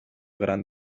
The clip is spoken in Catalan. gran